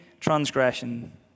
transgression